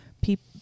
people